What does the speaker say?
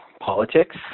politics